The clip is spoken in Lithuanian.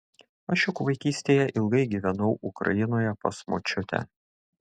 aš juk vaikystėje ilgai gyvenau ukrainoje pas močiutę